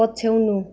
पछ्याउनु